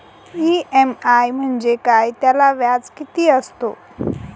EMI म्हणजे काय? त्याला व्याज किती असतो?